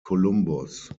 columbus